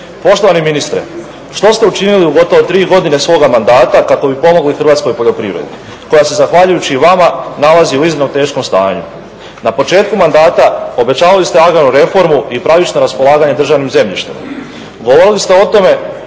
Poštovani ministre, što ste učinili u gotovo tri godine svoga mandata kako bi pomogli hrvatskoj poljoprivredi koja se zahvaljujući vama nalazi u iznimno teškom stanju. Na početku mandata obećavali ste agrarnu reformu i pravično raspolaganje državnim zemljištem, govorili ste o tome